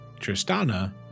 Tristana